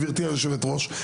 גברתי היושבת-ראש,